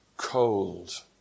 Cold